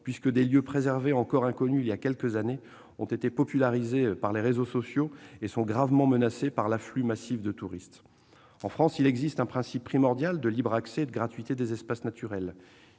jour : des lieux préservés, encore inconnus voilà quelques années, et popularisés par les réseaux sociaux sont aujourd'hui gravement menacés par l'afflux massif de touristes. En France, il existe un principe primordial de libre accès et de gratuité des espaces naturels.